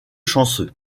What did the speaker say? chanceux